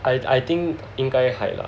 I I think 应该 hide lah